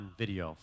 video